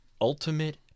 ultimate